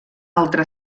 altra